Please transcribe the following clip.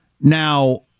Now